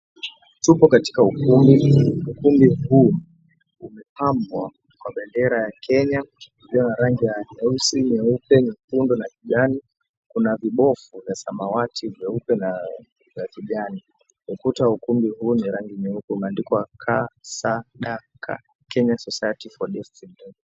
Tupo katika ukumbi, ukumbi huu umepambwa kwa bendera ya Kenya, ikiwa na rangi ya nyeusi, nyeupe, nyekundu na kijani. Kuna vibofu vya samawati, nyeupe na vya kijani. Ukuta wa ukumbi huu ni rangi nyeupe umeandikwa, KSDC, Kenya Society for Deaf Children.